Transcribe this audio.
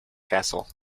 castle